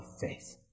faith